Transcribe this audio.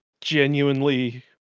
genuinely